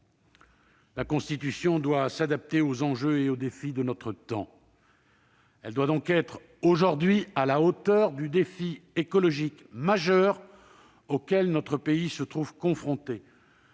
La Constitution doit s'adapter aux enjeux et aux défis de notre temps. Elle doit donc être aujourd'hui à la hauteur du défi écologique majeur auquel notre pays se trouve confronté.